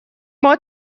ماه